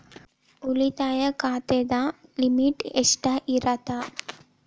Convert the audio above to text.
ಉಳಿತಾಯ ಖಾತೆದ ಲಿಮಿಟ್ ಎಷ್ಟ ಇರತ್ತ?